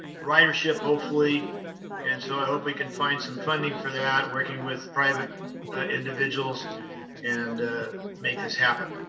ridership hopefully and so i hope we can find some funding for that working with private individuals and make this happen.